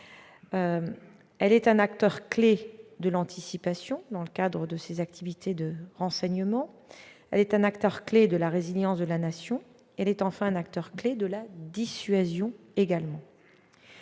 Elle est un acteur clé de l'anticipation dans le cadre de ses activités de renseignement ; elle est un acteur clé de la résilience de la Nation ; elle est enfin également un acteur clé de la dissuasion.